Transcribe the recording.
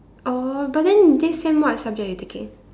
oh but then this sem what subject you taking